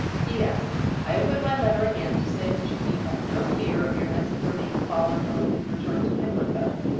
p s i open my letter again to say that you need have no fear of your messenger being followed on his return to pimlico.